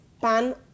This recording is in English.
pan